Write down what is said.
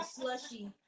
slushy